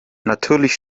natürlich